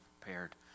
prepared